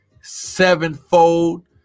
sevenfold